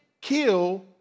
kill